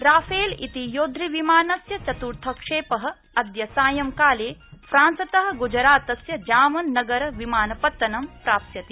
Rafale इति योद्धविमानस्य चतुर्थ क्षेप अद्य सायंकाले फ्रांसत गुजरातस्य जामनगर विमानपत्तनं प्राप्स्यति